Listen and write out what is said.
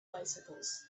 bicycles